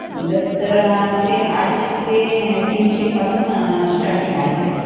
दप्तर ते अडीचशे ते तीनशेपासून स्टार्टिंग आहे ताई